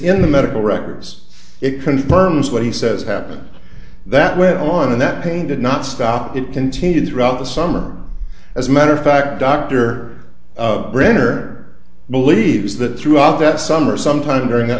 in the medical records it confirms what he says happened that went on and that pain did not stop it continued throughout the summer as matter of fact dr brenner believes that throughout that summer sometime during th